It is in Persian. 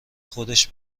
خودش